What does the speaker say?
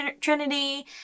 Trinity